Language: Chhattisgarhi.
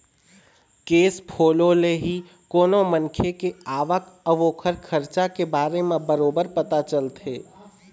केस फोलो ले ही कोनो मनखे के आवक अउ ओखर खरचा के बारे म बरोबर पता चलथे